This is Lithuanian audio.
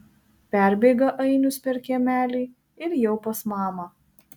perbėga ainius per kiemelį ir jau pas mamą